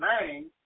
name